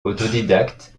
autodidacte